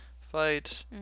fight